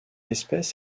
espèce